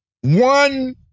one